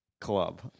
club